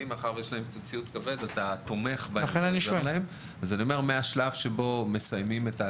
עומק הקרקעית באזור שבו נערכת צלילת